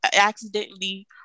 accidentally